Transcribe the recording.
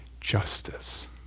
justice